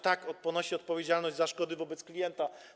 Tak, on ponosi odpowiedzialność za szkody wobec klienta.